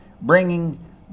bringing